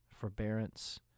forbearance